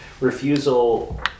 refusal